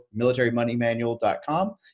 militarymoneymanual.com